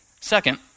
Second